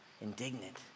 indignant